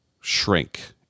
shrink